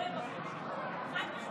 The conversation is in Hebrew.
לוועדה שתקבע ועדת